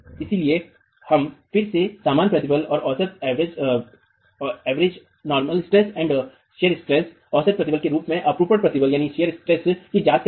इसलिए हम फिर से सामान्य प्रतिबल और औसत प्रतिबल के रूप में अपरूपण प्रतिबल की जांच कर रहे हैं